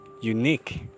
unique